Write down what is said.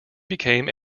became